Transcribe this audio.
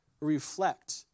reflect